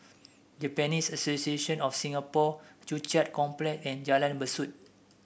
Japanese Association of Singapore Joo Chiat Complex and Jalan Besut